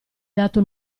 dato